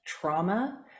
trauma